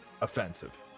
offensive